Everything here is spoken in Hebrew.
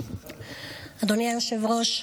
אדוני היושב-ראש,